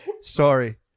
sorry